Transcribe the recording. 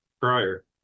prior